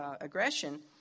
aggression